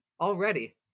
already